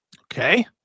Okay